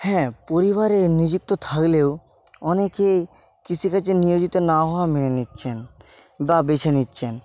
হ্যাঁ পরিবারে নিযুক্ত থাকলেও অনেকে কৃষিকাজে নিয়োজিত না হওয়া মেনে নিচ্ছেন বা বেছে নিচ্ছেন